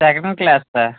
second class sir